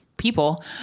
people